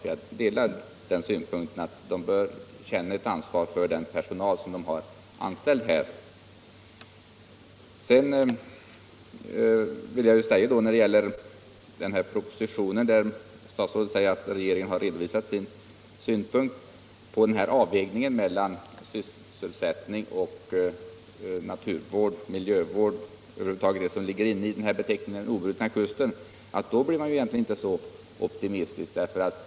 Jag delar åsikten att koncerner bör känna ansvar för den personal som de har anställt. Statsrådet säger att regeringen i propositionen har redovisat sin synpunkt på avvägningen mellan sysselsättning och miljövård och över huvud taget vad som inbegripes i begreppet den obrutna kusten. När man hör det blir man då inte optimistisk.